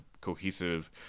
cohesive